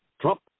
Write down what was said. Trump